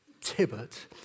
Tibbet